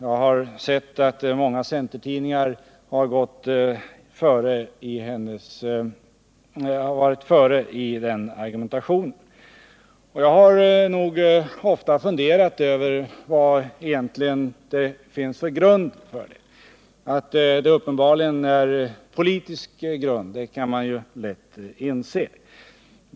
Jag har sett att många centertidningar har varit före i den argumenteringen. Jag har nog ofta funderat över vad det egentligen finns för grund för den. Att det är en politisk grund är lätt att se.